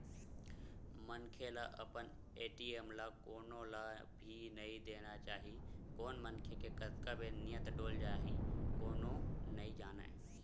मनखे ल अपन ए.टी.एम ल कोनो ल भी नइ देना चाही कोन मनखे के कतका बेर नियत डोल जाही कोनो नइ जानय